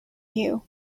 you